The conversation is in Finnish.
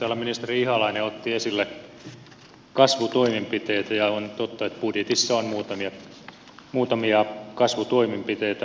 täällä ministeri ihalainen otti esille kasvutoimenpiteitä ja on totta että budjetissa on muutamia kasvutoimenpiteitä